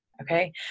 okay